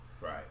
Right